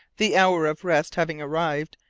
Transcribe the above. the hour of rest having arrived,